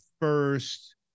first